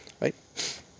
right